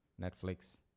Netflix